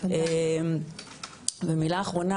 ומילה אחרונה,